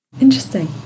Interesting